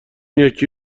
یکی